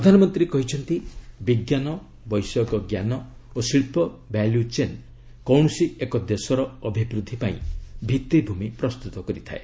ପ୍ରଧାନମନ୍ତ୍ରୀ କହିଛନ୍ତି ବିଜ୍ଞାନ ବୈଷୟିକ ଜ୍ଞାନ ଓ ଶିଳ୍ପ ଭ୍ୟାଲ୍ରଚେନ୍ କୌଣସି ଏକ ଦେଶର ଅଭିବୃଦ୍ଧି ପାଇଁ ଭିତ୍ତିଭୂମି ପ୍ରସ୍ତୁତ କରିଥାଏ